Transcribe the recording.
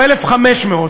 או 1,500,